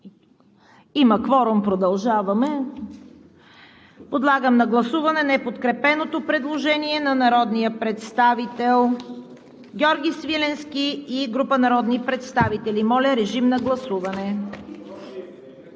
Има кворум. Продължаваме. Подлагам на гласуване неподкрепеното предложение на народния представител Георги Свиленски и група народни представители. Колеги, които сте